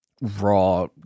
raw